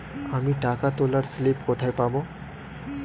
আমি টাকা তোলার স্লিপ কোথায় পাবো?